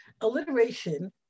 Alliteration